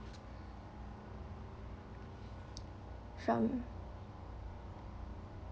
from